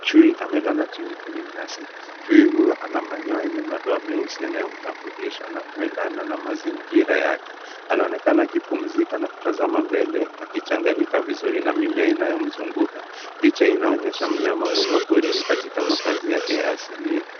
Chui amelala chini kwenye nyasi, chui huyo ana manyoya yenye madoa meusi yanayomtambulisha na kuendana na mazingira yake. Anaonekana akipumzika na kutazama mbele akichanganyika vizuri na mimea inayomzunguka. Picha hii inaonyesha mnyama huyo wa porini katika makaazi yake ya asilia.